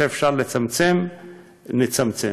בשאיפה שכשאפשר לצמצם, נצמצם.